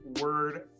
word